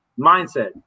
mindset